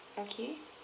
okay